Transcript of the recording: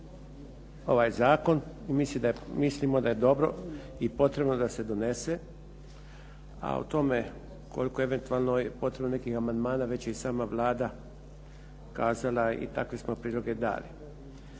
ovaj zakon i mislimo da je dobro i potrebno da se donese. A o tome koliko eventualno je potrebno nekih amandmana već i sama Vlada kazala i takve smo priloge dali.